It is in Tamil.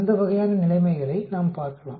அந்த வகையான நிலைமைகளை நாம் பார்க்கலாம்